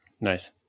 nice